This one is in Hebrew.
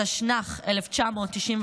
התשנ"ח 1998,